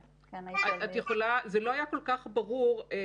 אם נחשפתי לשני חולים שונים.